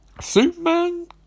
Superman